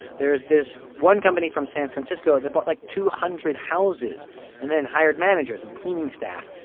there's this one company from san francisco that bought, like, two hundred houses and then hired managers and cleaning staff,